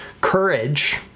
Courage